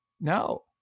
no